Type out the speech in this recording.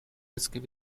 risk